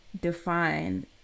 define